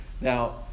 Now